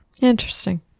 Interesting